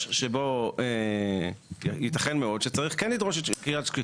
שבו ייתכן מאוד שצריך כן לדרוש אישור.